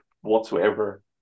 whatsoever